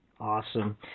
awesome